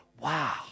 wow